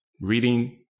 reading